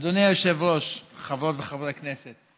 אדוני היושב-ראש, חברות וחברי הכנסת,